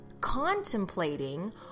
contemplating